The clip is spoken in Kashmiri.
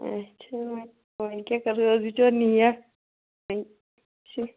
اَچھا وۅنۍ وۅنۍ کیٛاہ کَرو یہِ اوس بِچور نیک وۅنۍ چھِ